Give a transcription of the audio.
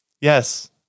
Yes